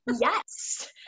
Yes